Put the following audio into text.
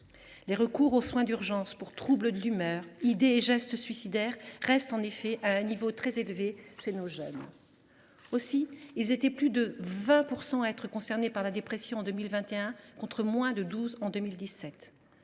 Les recours aux soins d’urgence pour troubles de l’humeur, idées et gestes suicidaires restent en effet à un niveau élevé chez nos jeunes. Ces derniers étaient plus de 20 % à être concernés par la dépression en 2021, contre moins de 12 % en 2017.